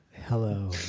Hello